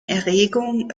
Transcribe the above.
erregung